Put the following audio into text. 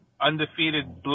undefeated